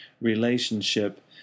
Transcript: relationship